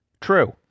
true